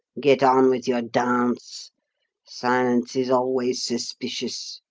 get on with your dance silence is always suspicious.